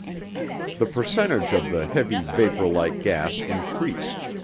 the percentage of the heavy, vapor-like gas increased.